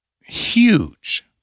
huge